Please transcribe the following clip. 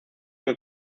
que